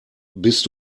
bist